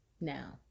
Now